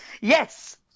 Yes